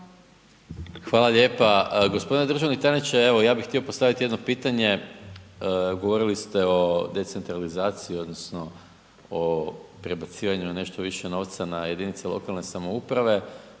Hvala lijepa. Gospodine državni tajniče, evo ja bi htio postaviti jedno pitanje, govorili ste o decentralizaciji odnosno o prebacivanju nešto više novca na jedinice lokalne samouprave,